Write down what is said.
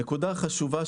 הנקודה החשובה,